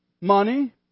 Money